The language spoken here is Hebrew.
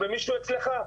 או במישהו אצלך',